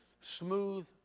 smooth